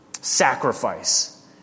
sacrifice